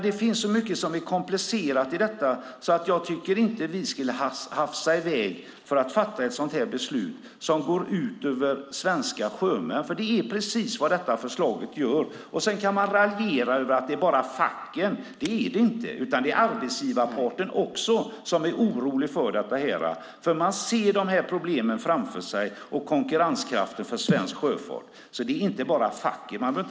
Det finns så mycket som är komplicerat i detta, så jag tycker inte att vi ska hafsa i väg och fatta ett sådant här beslut som går ut över svenska sjömän, för det är precis vad detta förslag gör. Sedan kan man raljera över att det bara är facken som är oroliga. Det är det inte, utan också arbetsgivarparten är orolig för detta, för där ser man problemen framför sig med konkurrenskraften för svensk sjöfart. Det är alltså inte bara facken som är oroliga.